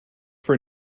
for